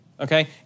okay